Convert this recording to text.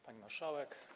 Pani Marszałek!